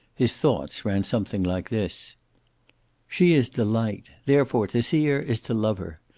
his thoughts ran something like this she is delight. therefore to see her is to love her.